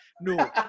No